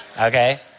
okay